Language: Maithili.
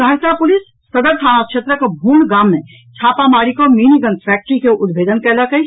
सहरसा पुलिस सदर थाना क्षेत्रक भोन गाम मे छापामारी कऽ मिनी गन फैक्ट्री के उद्भेदन कयलक अछि